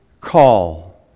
call